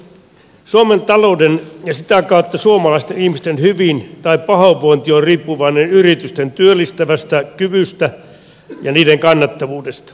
suomen talouden ja sitä kautta suomalaisten ihmisten hyvin tai pahoinvointi on riippuvainen yritysten työllistävästä kyvystä ja niiden kannattavuudesta